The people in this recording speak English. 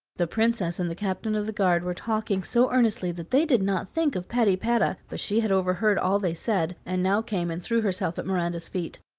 the princess and the captain of the guard were talking so earnestly that they did not think of patypata, but she had overheard all they said, and now came and threw herself at miranda's feet.